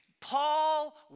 Paul